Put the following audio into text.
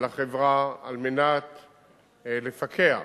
לחברה על מנת לפקח,